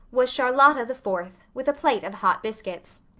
was charlotta the fourth, with a plate of hot biscuits.